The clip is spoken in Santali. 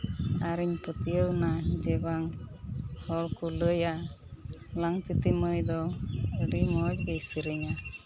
ᱟᱹᱨᱤᱧ ᱯᱟᱹᱛᱭᱟᱹᱣᱱᱟ ᱡᱮ ᱵᱟᱝ ᱦᱚᱲᱠᱚ ᱞᱟᱹᱭᱼᱟ ᱞᱟᱝᱛᱤᱛᱤ ᱢᱟᱹᱭ ᱫᱚ ᱟᱹᱰᱤ ᱢᱚᱡᱽ ᱜᱮᱭ ᱥᱮᱨᱮᱧᱟ